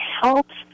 helps